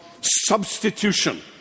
substitution